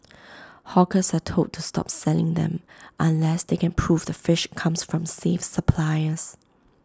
hawkers are told to stop selling them unless they can prove the fish comes from safe suppliers